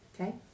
Okay